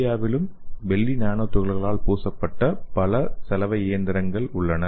இந்தியாவிலும் வெள்ளி நானோ துகள்களால் பூசப்பட்ட பல சலவை இயந்திரங்கள் உள்ளன